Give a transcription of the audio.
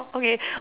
okay